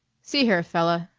see here, fella,